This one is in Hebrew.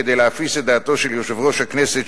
כדי להפיס את דעתו של יושב-ראש הכנסת,